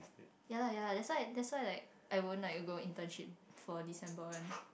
ya lah ya lah that's why that's why like I won't like go internship for December one